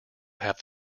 have